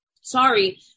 sorry